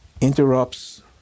interrupts